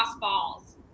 balls